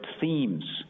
themes